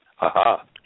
Aha